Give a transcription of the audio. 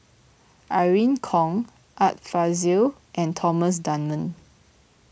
Irene Khong Art Fazil and Thomas Dunman